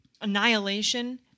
Annihilation